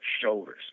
shoulders